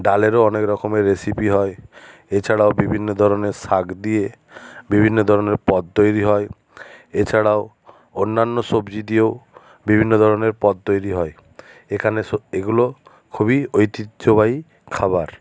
ডালেরও অনেক রকমের রেসিপি হয় এছাড়াও বিভিন্ন ধরণের শাক দিয়ে বিভিন্ন ধরণের পদ তৈরি হয় এছাড়াও অন্যান্য সবজি দিয়েও বিভিন্ন ধরণের পদ তৈরি হয় এখানে এগুলো খুবই ঐতিহ্যবাহী খাবার